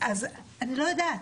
אז אני לא יודעת.